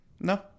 No